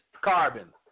carbon